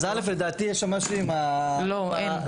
אז א', לדעתי יש שם משהו עם --- לא, אין.